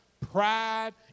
pride